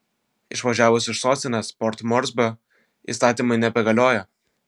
išvažiavus iš sostinės port morsbio įstatymai nebegalioja